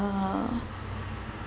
uh